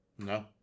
No